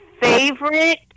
favorite